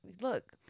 look